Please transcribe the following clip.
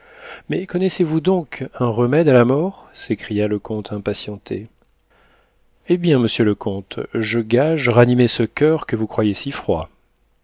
mais connaissez-vous donc un remède à la mort s'écria le comte impatienté hé bien monsieur le comte je gage ranimer ce coeur que vous croyez si froid